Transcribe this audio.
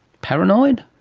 paranoid?